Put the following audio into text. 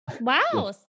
wow